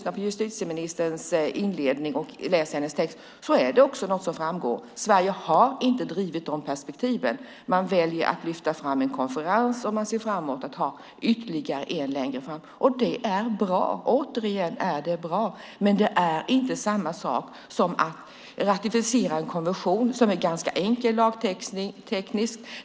Av justitieministerns inledning och text framgår det att Sverige inte har drivit de perspektiven. Man väljer att lyfta fram en konferens, och man ser fram emot att ha ytterligare en längre fram. Det är bra, men det är inte samma sak som att ratificera en konvention som lagtekniskt är ganska enkel.